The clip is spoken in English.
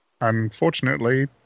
unfortunately